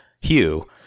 Hugh